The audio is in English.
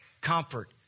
comfort